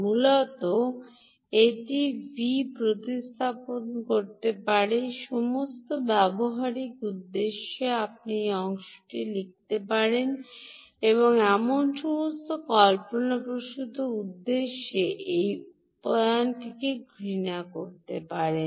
মূলত আপনি এই ভি¿ প্রতিস্থাপন করতে পারেন সমস্ত ব্যবহারিক উদ্দেশ্যে আপনি এই অংশটি লিখতে পারেন এমন সমস্ত কল্পনাপ্রসূত উদ্দেশ্যে এই উপাদানটিকে ঘৃণা করুন